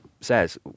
says